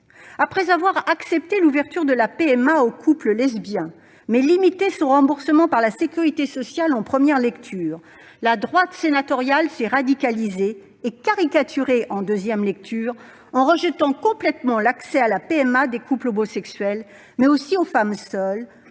Après avoir accepté l'ouverture de la PMA aux couples lesbiens, mais limité son remboursement par la sécurité sociale en première lecture, la droite sénatoriale s'est radicalisée et caricaturée en deuxième lecture, en rejetant complètement l'accès à la PMA aux couples homosexuels, mais aussi aux femmes seules